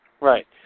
Right